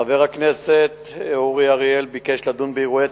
חבר הכנסת אורי אריאל ביקש לדון באירועי